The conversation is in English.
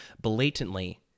blatantly